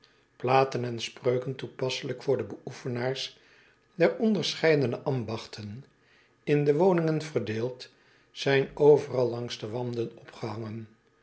platen en spreuken toepasselijk voor de beoefenaars der onderscheidene ambachten in de woningen verdeeld zijn overal langs de wanden opgehangen